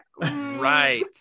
Right